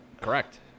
Correct